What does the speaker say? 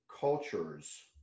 cultures